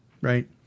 Right